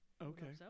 Okay